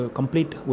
complete